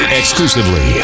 exclusively